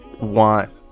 Want